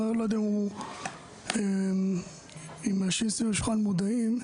לא יודע אם האנשים סביב השולחן מודעים.